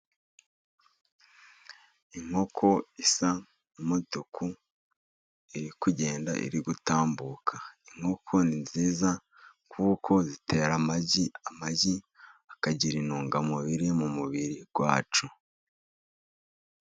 Inkoko isa n'umutuku iri kugenda iri gutambuka. Inkoko ni nziza kuko zitera amagi, amagi akagira intungamubiri mu mubiri wacu.